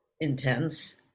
intense